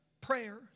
Prayer